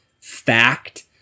fact